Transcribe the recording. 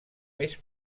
més